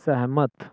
सहमत